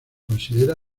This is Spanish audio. considera